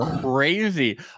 crazy